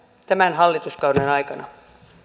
tämän hallituskauden aikana